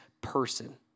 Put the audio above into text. person